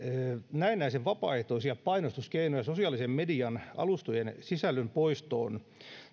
näennäisen vapaaehtoisia painostuskeinoja sosiaalisen median alustojen sisällön poistoon